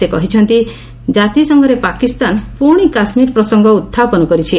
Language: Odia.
ସେ କହିଛନ୍ତି ଜାତିସଂଘରେ ପାକିସ୍ତାନ ପ୍ରଣି କାଶ୍ମୀର ପ୍ରସଙ୍ଗ ଉତ୍ଥାପନ କରିଛି